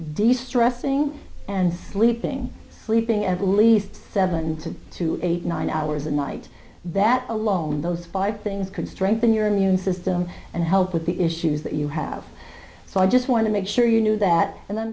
distressing and sleeping sleeping at least seven to eight nine hours a night that alone those five things can strengthen your immune system and help with the issues that you have so i just want to make sure you knew that and